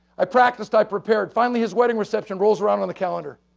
i practiced, i prepared. finally, his wedding reception rolls around on the calendar.